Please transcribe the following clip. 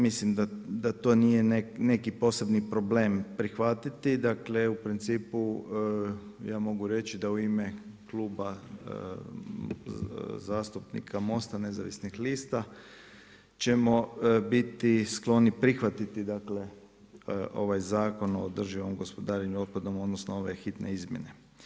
Mislim da to nije neki posebni problem prihvatiti, dakle u principu ja mogu reći da u ime Kluba zastupnika MOST-a nezavisnih liste ćemo biti skloni prihvatiti dakle ovaj Zakon o održivom gospodarenju otpadom, odnosno ove hitne izmjene.